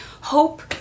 hope